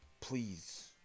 please